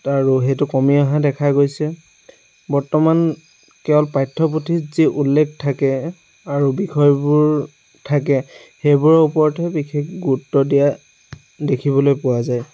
তাৰো সেইটো কমি অহা দেখা গৈছে বৰ্তমান কেৱল পাঠ্যপুথিত যি উল্লেখ থাকে আৰু বিষয়বোৰ থাকে সেইবোৰৰ ওপৰতহে বিশেষ গুৰুত্ব দিয়া দেখিবলৈ পোৱা যায়